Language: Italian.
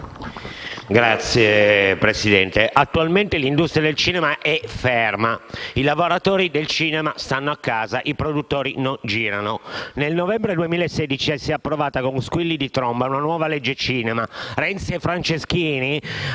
Signora Presidente, attualmente l'industria del cinema è ferma. I lavoratori del cinema stanno a casa, i produttori non girano. Nel novembre 2016 è stata approvata, con squilli di tromba, una nuova legge sul cinema: Renzi e Franceschini